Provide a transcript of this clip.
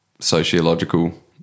Sociological